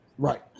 Right